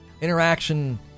interaction